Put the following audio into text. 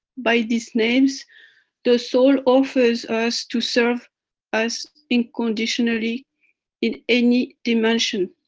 by these names the soul offers us, to serve us unconditionally in any dimension.